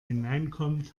hineinkommt